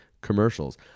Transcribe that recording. commercials